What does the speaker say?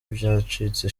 byacitse